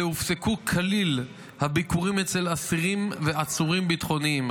והופסקו כליל הביקורים אצל אסירים ועצורים ביטחוניים.